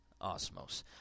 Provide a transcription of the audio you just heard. Osmos